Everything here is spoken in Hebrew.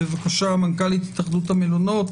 מנכ"לית התאחדות המלונות,